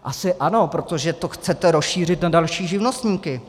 Asi ano, protože to chcete rozšířit na další živnostníky!